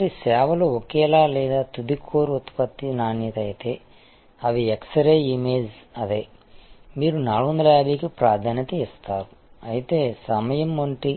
కాబట్టి సేవలు ఒకేలా లేదా తుది కోర్ ఉత్పత్తి నాణ్యత అయితే అవి ఎక్స్ రే ఇమేజ్ అదే మీరు 450 కి ప్రాధాన్యత ఇస్తారు అయితే సమయం వంటి